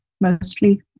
mostly